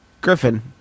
Griffin